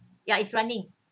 ya it's running